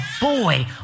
boy